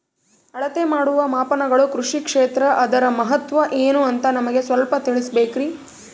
ಅಳತೆ ಮಾಡುವ ಮಾಪನಗಳು ಕೃಷಿ ಕ್ಷೇತ್ರ ಅದರ ಮಹತ್ವ ಏನು ಅಂತ ನಮಗೆ ಸ್ವಲ್ಪ ತಿಳಿಸಬೇಕ್ರಿ?